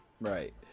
Right